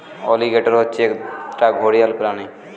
alligator হচ্ছে একটা ঘড়িয়াল প্রাণী